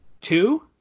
two